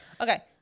Okay